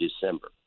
December